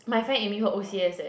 my friend aiming for o_c_s eh